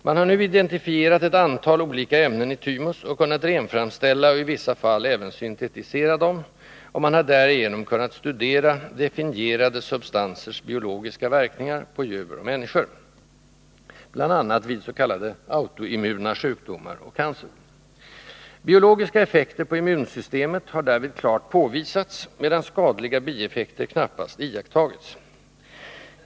Man har nu identifierat ett antal olika ämnen i thymus och kunnat renframställa, och i vissa fall även syntetisera, dem och man har därigenom kunnat studera definierade substansers biologiska verkningar på djur och människor — bl.a. vid s.k. autoimmuna sjukdomar och cancer. Biologiska effekter på immunsystemet har därvid klart påvisats, medan skadliga bieffekter knappast iakttagits.